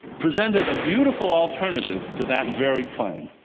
presented a beautiful alternative to that very claim.